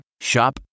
Shop